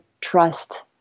trust